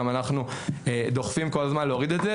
אנחנו דוחפים כל הזמן להוריד את זה.